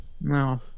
No